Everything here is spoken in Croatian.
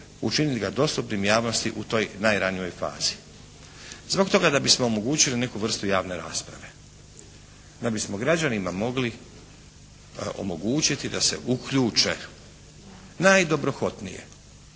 učinit ga dostupnim javnosti u toj najranijoj fazi? Zbog toga da bismo omogućili neku vrstu javne rasprave. Da bismo građanima mogli omogućiti da se uključe najdobrohotnije.